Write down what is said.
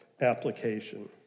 application